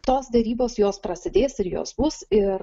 tos tarybos jos prasidės ir jos bus ir